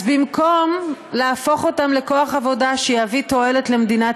אז במקום להפוך אותם לכוח עבודה שיביא תועלת למדינת